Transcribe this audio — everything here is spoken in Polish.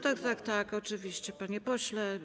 Tak, tak, oczywiście, panie pośle.